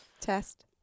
Test